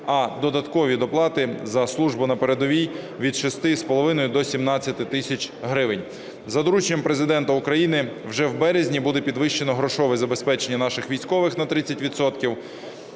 а додаткові доплати за службу на передовій від 6,5 до 17 тисяч гривень. За дорученням Президента України вже в березні буде підвищено грошове забезпечення наших військових на 30